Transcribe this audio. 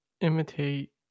imitate